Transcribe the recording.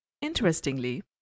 Interestingly